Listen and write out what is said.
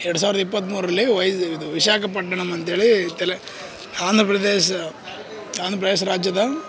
ಎರಡು ಸಾವಿರದ ಇಪ್ಪತ್ಮೂರರಲ್ಲಿ ಹೋಗೀವ್ ಇದು ವಿಶಾಖಪಟ್ಟಣಮ್ ಅಂತೇಳಿ ತೆಲ ಆಂಧ್ರ ಪ್ರದೇಶ ಆಂಧ್ರ ಪ್ರದೇಶ ರಾಜ್ಯದ